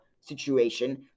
situation